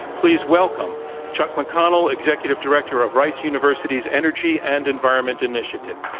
please welcome chuck mcconnell, executive director of rice's university's energy and environment initiative.